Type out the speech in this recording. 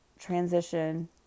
transition